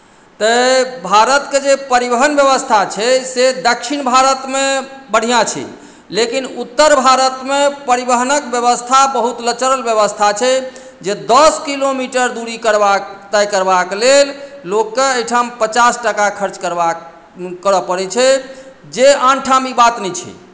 तऽ भारतके जे परिवहन व्यवस्था छै से दक्षिण भारतमे बढ़िआँ छै लेकिन उत्तर भारतमे परिवहनक व्यवस्था बहुत लचरल व्यवस्था छै जे दस किलोमीटर दूरी करबाक तय करबाक लेल लोककेँ एहिठाम पचास टाका खर्च करवा करय पड़ैत छै जे आनठाम ई बात नहि छै